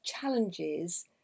challenges